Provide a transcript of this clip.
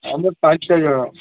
ଆମର ପାଞ୍ଚ ଜଣ